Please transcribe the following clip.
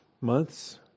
months